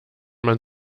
man